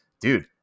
dude